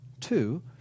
two